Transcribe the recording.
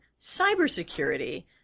cybersecurity